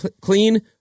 clean